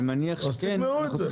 אז תגמרו את זה.